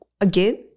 Again